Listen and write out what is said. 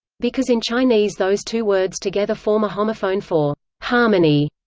because in chinese those two words together form a homophone for harmony.